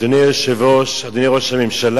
אדוני היושב-ראש, אדוני ראש הממשלה,